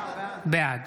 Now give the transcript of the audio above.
בעד